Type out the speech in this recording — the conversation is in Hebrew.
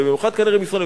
ובמיוחד כנראה משמאל,